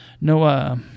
no